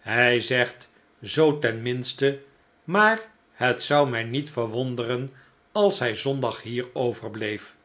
hij zegt zoo ten minste maar het zou mij niet verwonderen als hij zondag hier overbleef